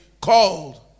called